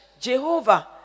Jehovah